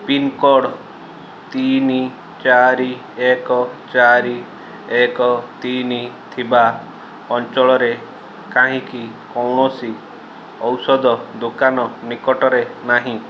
pincode ତିନି ଚାରି ଏକ ଚାରି ଏକ ତିନି ଥିବା ଅଞ୍ଚଳରେ କାହିଁକି କୌଣସି ଔଷଧ ଦୋକାନ ନିକଟରେ ନାହିଁ